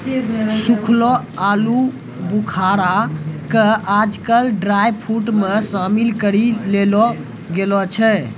सूखलो आलूबुखारा कॅ आजकल ड्रायफ्रुट मॅ शामिल करी लेलो गेलो छै